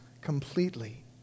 completely